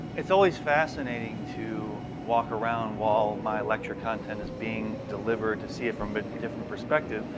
it's always fascinating to walk around while my lecture content is being delivered to see it from a different perspective,